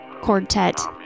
quartet